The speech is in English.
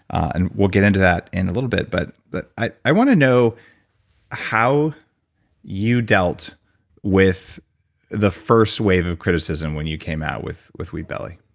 and we'll get into that in a little bit, but i wanna know how you dealt with the first wave of criticism when you came out with with wheat belly.